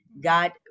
God